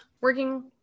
Working